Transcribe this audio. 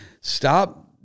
Stop